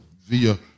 via